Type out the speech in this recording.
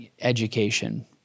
education